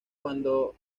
cuando